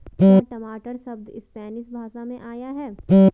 क्या टमाटर शब्द स्पैनिश भाषा से आया है?